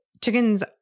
chickens